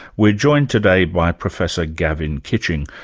we are joined today by professor gavin kitching,